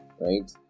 right